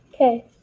Okay